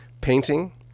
Painting